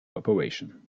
operation